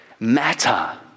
matter